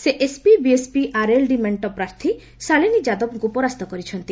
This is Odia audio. ସେ ଏସପିବି ଏସପିଆରଏଲଡି ମେଙ୍କ ପ୍ରାର୍ଥୀ ଶାଳିନୀ ଯାଦବଙ୍କୁ ପରାସ୍ତ କରିଛନ୍ତି